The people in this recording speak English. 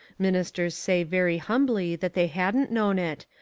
ministers say very humbly that they hadn't known it,